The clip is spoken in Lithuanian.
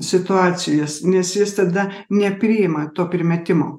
situacijas nes jis tada nepriima to primetimo